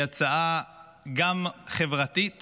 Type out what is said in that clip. היא הצעה גם חברתית